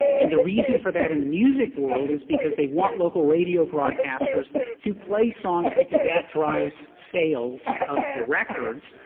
and the reason for that in the music world is because they want local radio broadcasters to play songs because that drives sales of the records.